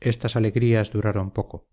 estas alegrías duraron poco